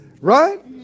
Right